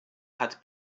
hat